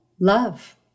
love